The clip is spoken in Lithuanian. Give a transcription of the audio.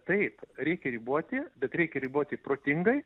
taip reikia riboti bet reikia riboti protingai